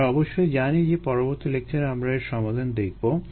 আমরা অবশ্যই জানি যে পরবর্তী লেকচারে আমরা এর সমাধান দেখবো